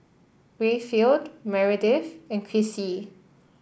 Rayfield Meredith and Krissy